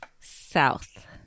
South